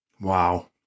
Wow